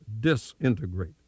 disintegrate